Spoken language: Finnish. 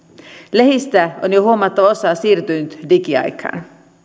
lehdistä on jo huomattava osa siirtynyt digiaikaan